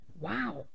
Wow